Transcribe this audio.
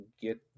get